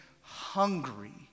hungry